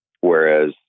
whereas